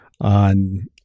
on